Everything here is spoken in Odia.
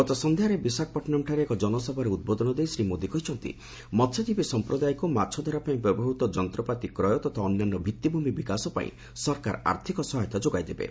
ଗତ ସନ୍ଧ୍ୟାରେ ବିଶାଖାପଟ୍ଟନମ୍ରେ ଏକ ଜନସଭାରେ ଉଦ୍ବୋଧନ ଦେଇ ଶ୍ରୀ ମୋଦି କହିଛନ୍ତି ମହ୍ୟଜୀବୀ ସମ୍ପ୍ରଦାୟକୁ ମାଛଧରା ପାଇଁ ବ୍ୟବହୃତ ଯନ୍ତ୍ରପାତି କ୍ରୟ ତଥା ଅନ୍ୟାନ୍ୟ ଭିଭିଭିମି ବିକାଶ ପାଇଁ ସରକାର ଆର୍ଥକ ସହାୟତା ଯୋଗାଇ ଦେବେ